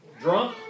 drunk